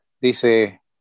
Dice